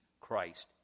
Christ